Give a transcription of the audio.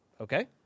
Okay